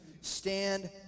stand